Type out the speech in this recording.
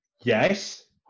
Yes